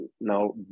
now